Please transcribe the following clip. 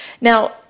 Now